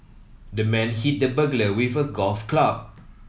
the man hit the burglar with a golf club